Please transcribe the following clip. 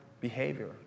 behavior